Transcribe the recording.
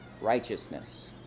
righteousness